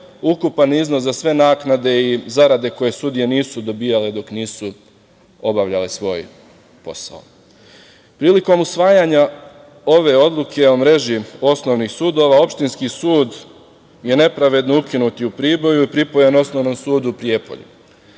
ukupan iznos za sve naknade i zarade koje sudije nisu dobijale dok nisu obavljale svoj posao. Prilikom usvajanja ove odluke o mreži osnovnih sudova, Opštinski sud je nepravedno ukinut i u Priboju i pripao je Osnovnom sudu u Prijepolju.